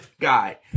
guy